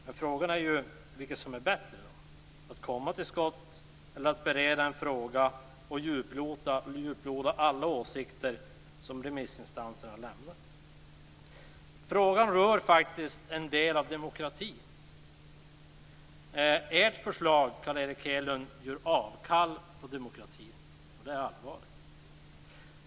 Men frågan är ju vilket som är bättre, att komma till skott eller att bereda en fråga och djuploda alla åsikter som remissinstanserna har lämnat. Frågan rör faktiskt en del av demokratin. Ert förslag, Carl Erik Hedlund, gör avkall på demokratin, och det är allvarligt.